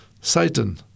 Satan